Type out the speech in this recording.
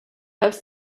have